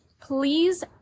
please